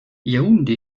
yaoundé